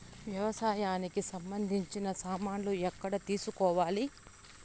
వ్యవసాయానికి సంబంధించిన సామాన్లు ఎక్కడ తీసుకోవాలి?